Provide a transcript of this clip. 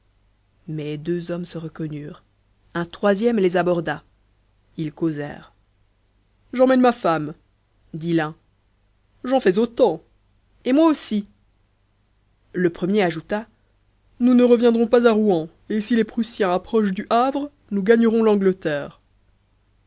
mais deux hommes se reconnurent un troisième les aborda ils causèrent j'emmène ma femme dit l'un j'en fais autant et moi aussi le premier ajouta nous ne reviendrons pas à rouen et si les prussiens approchent du havre nous gagnerons l'angleterre